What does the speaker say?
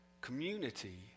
community